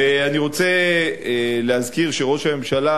אני רוצה להזכיר שראש הממשלה,